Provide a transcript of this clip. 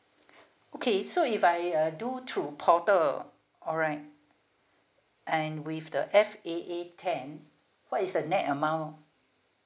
okay so if I uh do through portal alright and with the F A A ten what is the nett amount